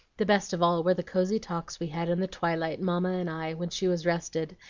the best of all were the cosey talks we had in the twilight, mamma and i, when she was rested,